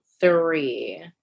three